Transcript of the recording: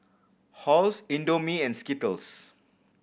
Halls Indomie and Skittles